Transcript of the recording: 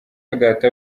agahato